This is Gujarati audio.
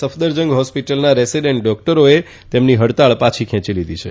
સફદરજંગ હોસ્પીટલના રેસીડેન્ટ ડોક્ટરોએ તેમની હડતાળ પાછી ખેંચી લીધી છે